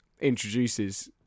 introduces